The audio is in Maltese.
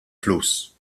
flus